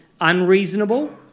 unreasonable